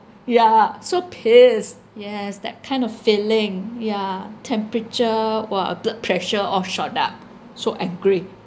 yeah so pissed yes that kind of feeling yeah temperature !wah! uh blood pressure all shot up so angry